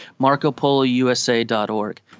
marcopolousa.org